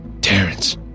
Terrence